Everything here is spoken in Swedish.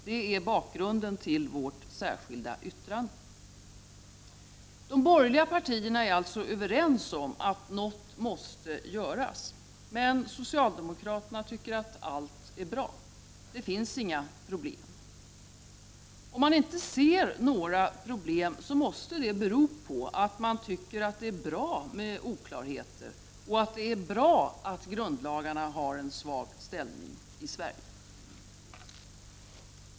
Det är bakgrunden till vårt särskilda yttrande. De borgerliga partierna är alltså överens om att något måste göras. Men socialdemokraterna tycker att allt är bra. Det finns inga problem. Om man inte ser några problem måste det bero på att man tycker att det är bra med oklarheter och att det är bra att grundlagarna har en svag ställning i Sverige.